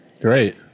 Great